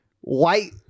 white